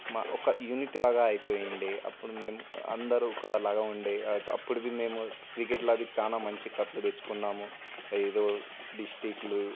మా ఒక యునిటీ లాగా అయిపోయి ఉండేది అప్పుడు మేము అందరూ ఒకలాగా ఉండేది అప్పటిది మేము క్రికెట్లో అది చాలా మంచి కప్లు తెచ్చుకున్నాము ఏదో డిస్ట్రిక్ట్లు